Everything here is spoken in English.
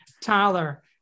Tyler